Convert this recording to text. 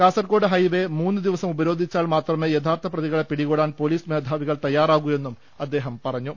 Kasaragod highway മൂന്ന് ദിവസം ഉപരോധിച്ചാൽ മാത്രമേ യഥാർത്ഥ പ്രതികളെ പിടികൂടാൻ പൊലീസ് മേധാവികൾ തയ്യാ റാകൂ എന്നും അദ്ദേഹം പറഞ്ഞു